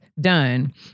done